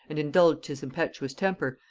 and indulged his impetuous temper,